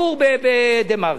טור ב"דה-מרקר".